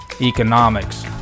economics